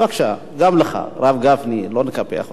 בבקשה, הרב גפני, לא נקפח אותך.